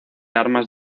armas